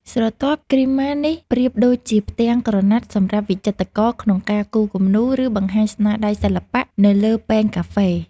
ស្រទាប់គ្រីម៉ានេះប្រៀបដូចជាផ្ទាំងក្រណាត់សម្រាប់វិចិត្រករក្នុងការគូរគំនូរ ឬបង្ហាញស្នាដៃសិល្បៈនៅលើពែងកាហ្វេ។